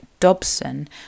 Dobson